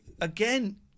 Again